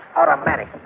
automatic